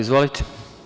Izvolite.